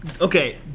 Okay